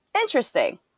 Interesting